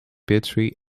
petrie